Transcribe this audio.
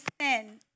sin